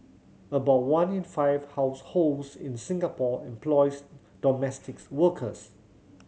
about one in five households in Singapore employs domestics workers